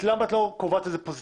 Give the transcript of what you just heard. למה את לא קובעת את זה פוזיטיבית,